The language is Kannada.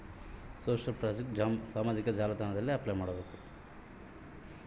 ಸೋಶಿಯಲ್ ಪ್ರಾಜೆಕ್ಟ್ ಯಾವ ರೇತಿ ಅಪ್ಲೈ ಮಾಡಬೇಕು?